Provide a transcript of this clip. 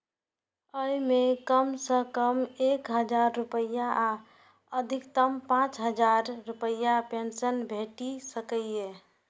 अय मे कम सं कम एक हजार रुपैया आ अधिकतम पांच हजार रुपैयाक पेंशन भेटि सकैए